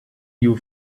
you